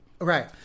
Right